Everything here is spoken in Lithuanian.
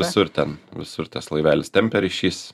visur ten visur tas laivelis tempia ryšys